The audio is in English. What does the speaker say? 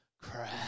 Crap